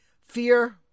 Fear